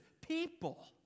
people